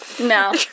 No